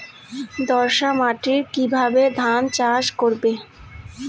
দোয়াস মাটি কিভাবে ধান চাষ করব?